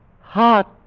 Heart